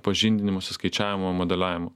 pažindinimas su skaičiavimu modeliavimu